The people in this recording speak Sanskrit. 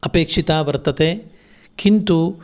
अपेक्षिता वर्तते किन्तु